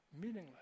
meaningless